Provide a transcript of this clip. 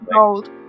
gold